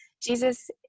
Jesus